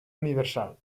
universal